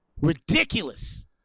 Ridiculous